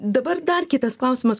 dabar dar kitas klausimas